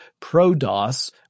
ProDOS